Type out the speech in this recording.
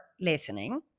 listening